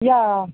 यऽ